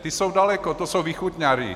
Ti jsou daleko, to jsou východňári.